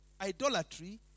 Idolatry